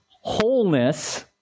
Wholeness